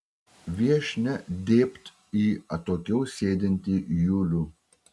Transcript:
viešnia dėbt į atokiau sėdintį julių